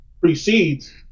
precedes